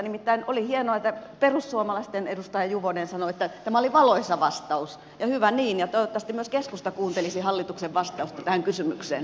nimittäin oli hienoa että perussuomalaisten edustaja juvonen sanoi että tämä oli valoisa vastaus ja hyvä niin ja toivottavasti myös keskusta kuuntelisi hallituksen vastausta tähän kysymykseen